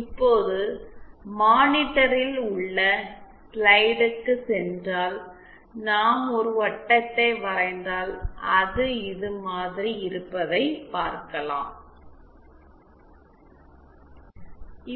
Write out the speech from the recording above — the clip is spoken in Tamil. இப்போது மானிட்டரில் உள்ள ஸ்லைடுக்கு சென்றால் நாம் ஒரு வட்டத்தை வரைந்தால் அது இது மாதிரி இருப்பதை பார்க்கலாம்